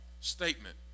statement